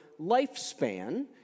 lifespan